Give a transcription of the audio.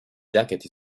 jacket